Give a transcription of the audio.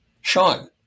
Sean